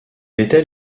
était